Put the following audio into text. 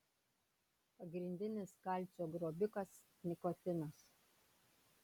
pagrindinis kalcio grobikas nikotinas